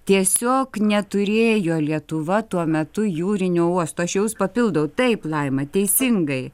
tiesiog neturėjo lietuva tuo metu jūrinio uosto aš jau jus papildau taip laima teisingai